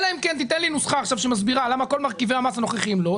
אלא אם כן תיתן לי נוסחה שמסבירה למה כל מרכיבי המס הנוכחיים לא,